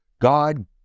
god